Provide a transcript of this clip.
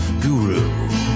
guru